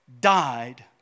died